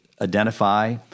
identify